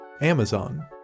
Amazon